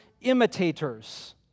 imitators